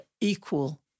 equal